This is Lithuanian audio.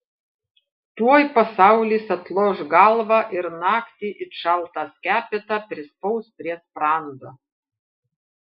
tuoj pasaulis atloš galvą ir naktį it šaltą skepetą prispaus prie sprando